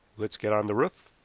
let's get on the roof.